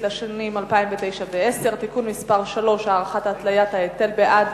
לשנים 2009 ו-2010) (תיקון מס' 3) (הארכת התליית ההיטל בעד